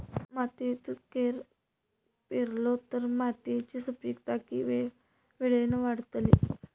मातयेत कैर पुरलो तर मातयेची सुपीकता की वेळेन वाडतली?